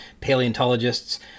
paleontologists